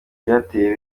byateye